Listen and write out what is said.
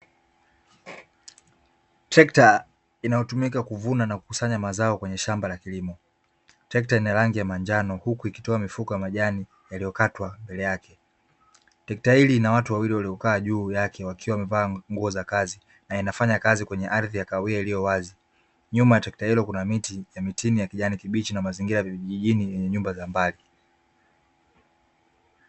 Trekta linalotumika kuvuna na kukusanya mazao kwenye shamba la kilimo. Trekta lina rangi ya manjano huku ikitoa mifuko ya majani yaliyokatwa mbele yake. Trekta hili lina watu wawili waliokaa juu yake wakiwa wamevaa nguo za kazi, na inafanya kazi kwenye ardhi ya kahawia iliyo wazi. Nyuma ya trekta hilo kuna miti ya mitini ya kijani kibichi na mazingira ya vijijini yenye nyumba za mbali.